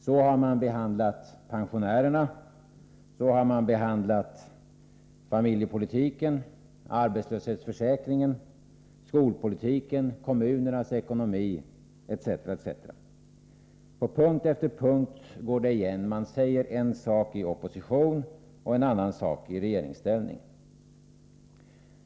Så har de behandlat pensionärerna, familjepolitiken, arbetslöshetsförsäkringen, skolpolitiken, kommunernas ekonomi etc. På punkt efter punkt går det igen. Socialdemokraterna säger en sak i opposition och en annan sak i regeringsställning.